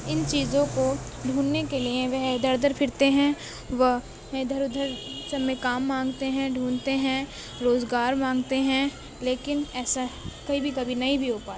ان چیزوں کو ڈھونڈنے کے لیے وہ ادھر ادھر پھرتے ہیں وہ ادھر ادھر سب میں کام مانگتے ہیں ڈھونڈتے ہیں روزگار مانگتے ہیں لیکن ایسا کئی بھی کبھی نہیں بھی ہو پاتا ہے